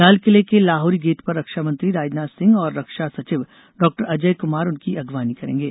लाल किले के लाहौरी गेट पर रक्षामंत्री राजनाथ सिंह और रक्षा सचिव डॉ अजय कुमार उनकी अगवानी करेंगें